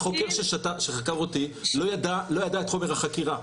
החוקר שחקר אותי לא ידע את חומר החקירה.